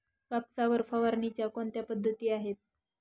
कापसावर फवारणीच्या कोणत्या पद्धती आहेत?